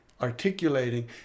articulating